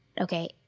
Okay